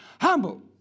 humble